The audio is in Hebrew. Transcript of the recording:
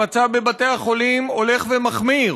המצב בבתי החולים הולך ומחמיר